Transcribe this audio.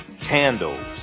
candles